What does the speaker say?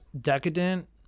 decadent